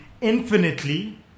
infinitely